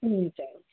हुन्छ हुन्छ